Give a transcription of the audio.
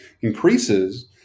increases